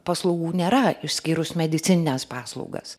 paslaugų nėra išskyrus medicinines paslaugas